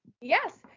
Yes